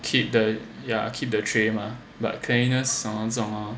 keep the ya keep the tray mah but cleanliness hor 这种 hor